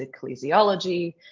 ecclesiology